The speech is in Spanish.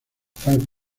tan